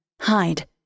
hide